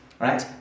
right